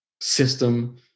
system